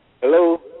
Hello